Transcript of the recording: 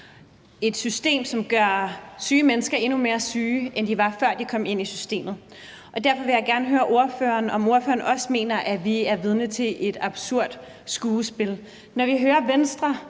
et system, som gør syge mennesker endnu mere syge, end de var, før de kom ind i systemet. Og derfor vil jeg gerne høre ordføreren, om ordføreren også mener, at vi er vidne til et absurd skuespil, når vi hører Venstre